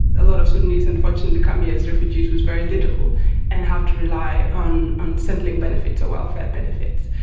a lot of sudanese unfortunately come here as refugees with very little and have to rely on on centrelink benefits or welfare benefits,